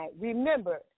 Remember